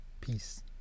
Peace